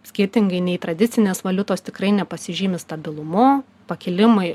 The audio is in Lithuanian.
skirtingai nei tradicinės valiutos tikrai nepasižymi stabilumu pakilimai